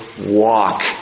walk